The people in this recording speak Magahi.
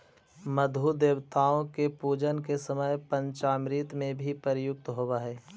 मधु देवताओं के पूजन के समय पंचामृत में भी प्रयुक्त होवअ हई